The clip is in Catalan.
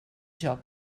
joc